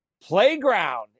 playground